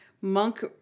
Monk